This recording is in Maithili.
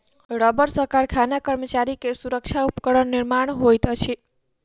रबड़ सॅ कारखाना कर्मचारी के सुरक्षा उपकरण निर्माण होइत अछि